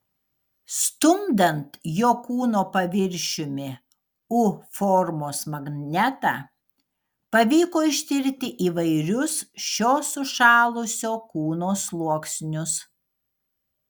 stumdant jo kūno paviršiumi u formos magnetą pavyko ištirti įvairius šio sušalusio kūno sluoksnius